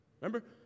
remember